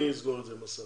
אני אסגור את זה עם השר.